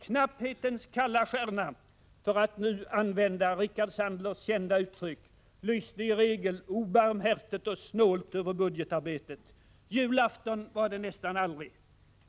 Knapphetens kalla stjärna, för att nu använda Rickard Sandlers kända uttryck, lyste i regel obarmhärtigt och snålt över budgetarbetet. Julafton var det nästan aldrig.